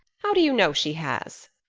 how do you know she has?